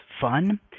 fun